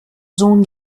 sohn